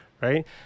Right